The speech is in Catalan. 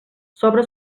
sobre